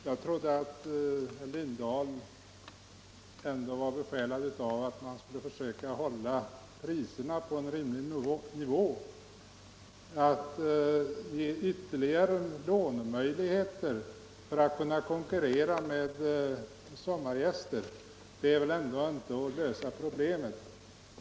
Herr talman! Jag trodde att herr Lindahl i Hamburgsund ändå var besjälad av tanken på att man skulle försöka hålla fastighetspriserna på en rimlig nivå. Att ge lokalbefolkningen bättre lånemöjligheter så att den kan konkurrera med sommargästerna är väl ändå inte att lösa problemet.